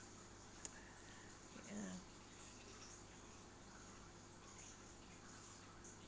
ya